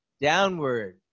Downward